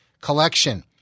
Collection